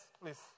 please